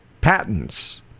patents